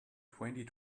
twenty